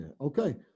okay